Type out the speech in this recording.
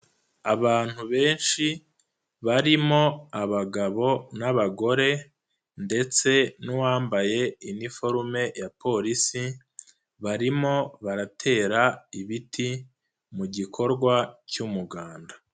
Abantu benshi, barimo abagabo n'abagore ndetse n'uwambaye iniforume ya porisi, barimo baratera ibiti, mu gikorwa cy'umuganda.